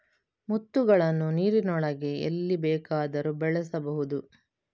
ಮುತ್ತುಗಳನ್ನು ನೀರಿನೊಳಗೆ ಎಲ್ಲಿ ಬೇಕಾದರೂ ಬೆಳೆಸಬಹುದು